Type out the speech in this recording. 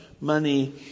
money